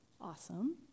awesome